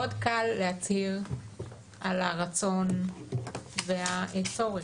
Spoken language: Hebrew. מאוד קל להצהיר על הרצון והצורך